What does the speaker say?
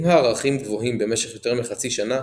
אם הערכים גבוהים במשך יותר מחצי שנה,